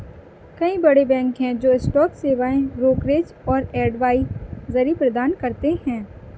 कई बड़े बैंक हैं जो स्टॉक सेवाएं, ब्रोकरेज और एडवाइजरी प्रदान करते हैं